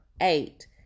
eight